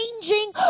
changing